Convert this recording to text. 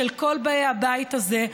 של כל באי הבית הזה,